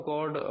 God